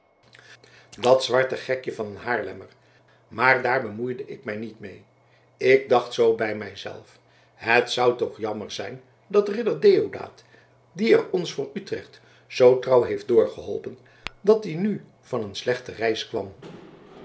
dat zwarte gekje van een haarlemmer maar daar bemoeide ik mij niet mee ik dacht zoo bij mij zelf het zou toch jammer zijn dat ridder deodaat die er ons voor utrecht zoo trouw heeft doorgeholpen dat die nu van een slechte reis kwam